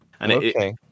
Okay